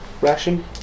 ration